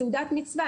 סעודת מצווה.